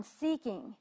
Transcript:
seeking